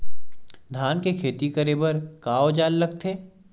धान के खेती करे बर का औजार लगथे?